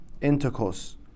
intercourse